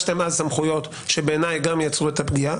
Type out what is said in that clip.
שביקשת סמכויות שבעיניי גם יצרו פגיעה,